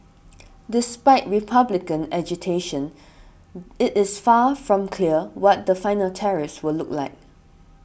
despite Republican agitation it is far from clear what the final tariffs will look like